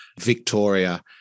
Victoria